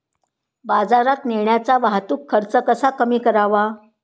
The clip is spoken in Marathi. बाजारात नेण्याचा वाहतूक खर्च कसा कमी करावा?